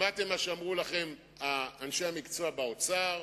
שמעתם מה שאמרו לכם אנשי המקצוע באוצר.